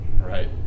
Right